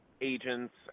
agents